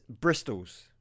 Bristol's